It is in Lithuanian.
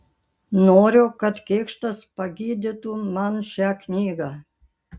noriu kad kėkštas pagydytų man šią knygą